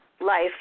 Life